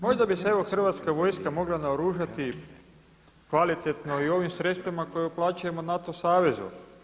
Možda bi se evo Hrvatska vojska mogla naoružati kvalitetno i ovim sredstvima koja uplaćujemo NATO savezu.